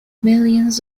millions